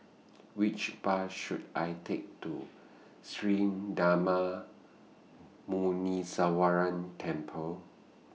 Which Bus should I Take to Sri Darma Muneeswaran Temple